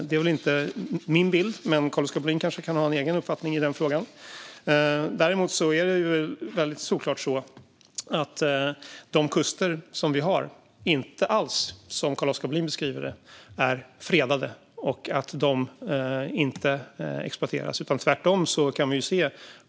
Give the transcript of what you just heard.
Det är väl inte min bild, men Carl-Oskar Bohlin kanske har en egen uppfattning i den frågan. Däremot är det solklart att de kuster vi har inte alls är fredade och inte exploateras, vilket Carl-Oskar Bohlin verkar mena.